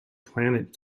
planet